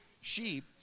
sheep